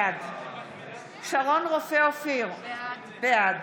בעד שרון רופא אופיר, בעד